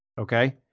Okay